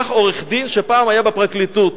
לקח עורך-דין שפעם היה בפרקליטות,